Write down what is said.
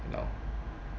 you know